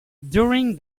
during